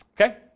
Okay